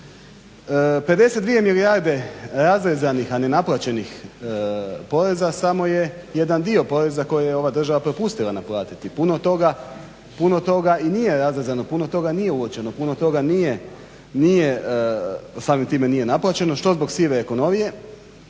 52 milijarde razrezanih, a ne naplaćenih poreza samo je jedan dio poreza koje je ova država propustila naplatiti. Puno toga i nije razrezano, puno toga nije uočeno, puno toga nije samim time nije naplaćeno što zbog sive ekonomije